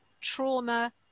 trauma